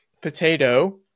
Potato